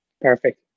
Perfect